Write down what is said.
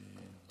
עדיין אנחנו